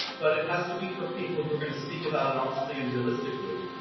but it has to be from people who are gonna speak about it honestly and realistically.